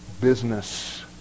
business